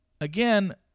again